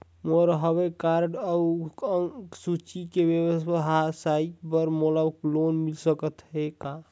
मोर हव कारड अउ अंक सूची ले व्यवसाय बर मोला लोन मिल सकत हे का?